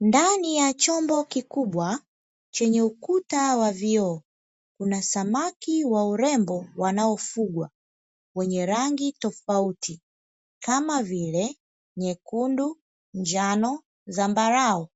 Ndani ya chombo kikubwa chenye ukuta wa vioo kuna samaki wa urembo wanaofugwa, wenye rangi tofauti kama vile: nyekundu, njano, zambarau